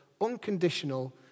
unconditional